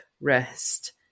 rest